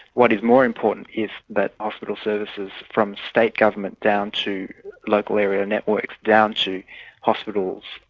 what is more important is that hospital services from state government, down to local area networks, down to hospitals,